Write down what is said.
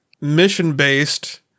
mission-based